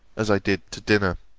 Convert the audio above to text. as i did to dinner